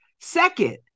Second